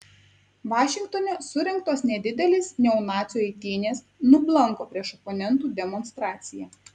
vašingtone surengtos nedidelės neonacių eitynės nublanko prieš oponentų demonstraciją